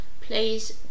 please